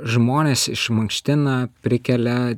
žmonės išmankština prikelia